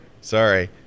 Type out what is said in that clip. Sorry